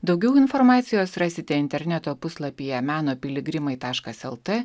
daugiau informacijos rasite interneto puslapyje meno piligrimai taškas lt